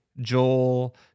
Joel